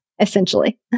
essentially